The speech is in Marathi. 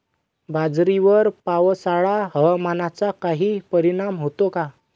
बाजरीवर पावसाळा हवामानाचा काही परिणाम होतो का?